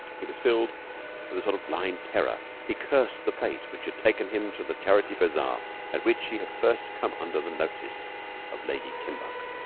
he was filled with a sort of blind terror. he cursed the fate which had taken him to the charity-bazaar at which he had first come under the notice of lady kimbuck.